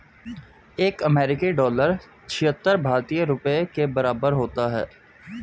एक अमेरिकी डॉलर छिहत्तर भारतीय रुपये के बराबर होता है